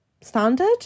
standard